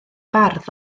bardd